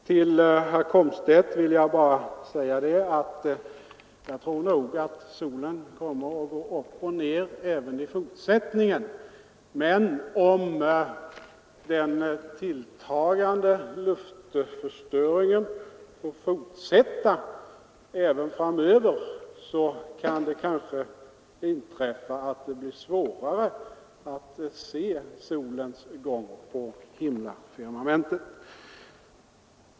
Till herr Komstedt vill jag bara säga att jag tror att solen kommer att gå upp och ner även i fortsättningen, men om den tilltagande luftförstöringen får fortsätta även framöver kan det kanske bli svårare att se solens gång på himlafirmamentet.